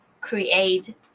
create